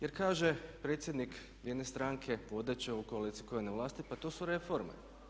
Jer kaže predsjednik jedne stranke vodeće u koaliciji koja je na vlasti pa to su reforme.